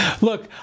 Look